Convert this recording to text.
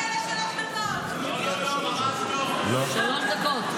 --- אבל שלוש דקות.